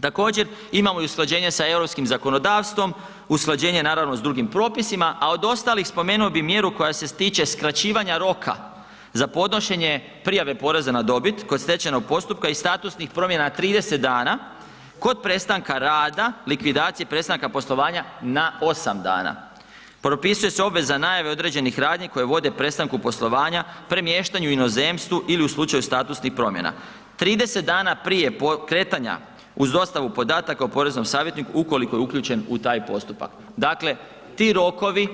Također imamo i usklađenje i sa europskim zakonodavstvom, usklađenje naravno i s drugim propisima, a od ostalih spomenuo bih mjeru koja se tiče skraćivanja roka za podnošenje prijave poreza na dobit kod stečajnog postupka i statusnih promjena 30 dana, kod prestanka rada, likvidacije, prestanka poslovanja na 8 dana, propisuje se obveza najave određenih radnji koje vode prestanku poslovanja, premještanju u inozemstvu ili u slučaju statusnih promjena 30 dana prije kretanja uz dostavu podataka o poreznom savjetniku ukoliko je uključen u taj postupak, dakle ti rokovi